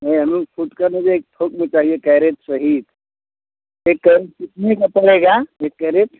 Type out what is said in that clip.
नहीं हमें फुटकर में नहीं थोक में चाहिए केरेट सहित एक केरेट कितने का पड़ेगा एक केरेट